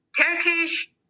Turkish